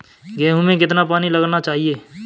गेहूँ में कितना पानी लगाना चाहिए?